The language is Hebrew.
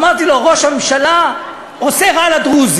אמרתי לו: ראש הממשלה עושה רע לדרוזים.